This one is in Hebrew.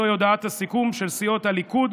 זוהי הודעת הסיכום של סיעות הליכוד,